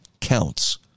counts